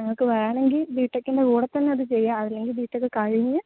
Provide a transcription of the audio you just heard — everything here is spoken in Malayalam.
നിങ്ങക്ക് വേണമെങ്കിൽ ബിടെക്കിൻ്റെ കൂടെ തന്നെയത് ചെയ്യാം അതല്ലെങ്കിൽ ബി ടെക്ക് കഴിഞ്ഞ്